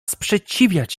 sprzeciwiać